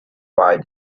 wide